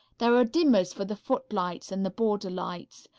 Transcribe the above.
there are dimmers for the footlights and the border lights.